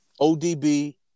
ODB